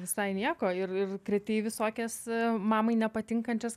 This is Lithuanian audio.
visai nieko ir ir krėtei visokias mamai nepatinkančias